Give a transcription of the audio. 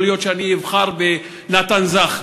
יכול להיות שאני אבחר בנתן זך,